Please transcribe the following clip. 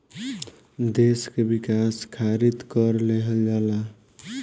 देस के विकास खारित कर लेहल जाला